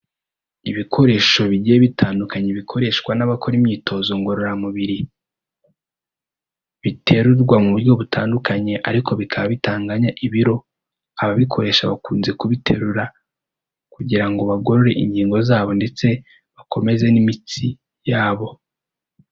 Ibikoresho bigiye bitandukanye bikoreshwa n'abakora imyitozo ngororamubiri, biterurwa mu buryo butandukanye ariko bikaba bitangaganya ibiro, ababikoresha bakunze kubiterura kugira ngo bagorore ingingo zabo ndetse bakomeze n'imitsi yabo.